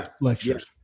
lectures